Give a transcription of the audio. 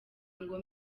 ngo